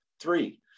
Three